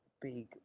Big